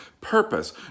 purpose